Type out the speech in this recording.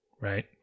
right